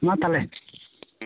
ᱢᱟ ᱛᱟᱦᱚᱞᱮ